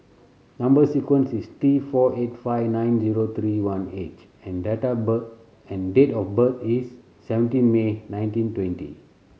number sequence is T four eight five nine zero three one H and date and date of birth is seventeen May nineteen twenty